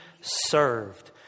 served